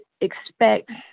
expect